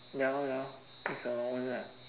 ya lor ya lor it's allowance eh